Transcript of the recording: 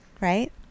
right